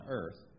earth